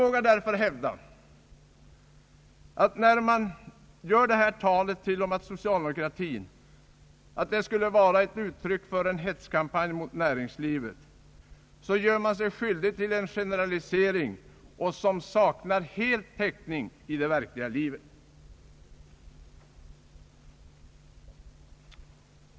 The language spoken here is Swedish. När man hävdar att samma kritik från socialdemokratins sida skulle vara ett uttryck för en hetskampanj mot när ringslivet gör man sig skyldig till en generalisering som helt saknar täckning i det verkliga livet.